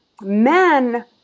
men